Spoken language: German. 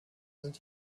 sind